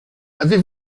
avez